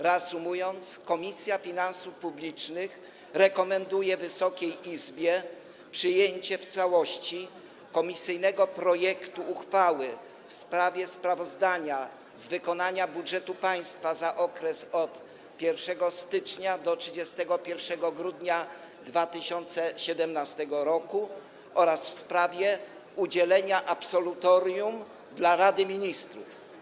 Reasumując, Komisja Finansów Publicznych rekomenduje Wysokiej Izbie przyjęcie w całości komisyjnego projektu uchwały w sprawie sprawozdania z wykonania budżetu państwa za okres od 1 stycznia do 31 grudnia 2017 r. oraz w sprawie udzielenia absolutorium dla Rady Ministrów.